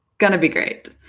gonna be great!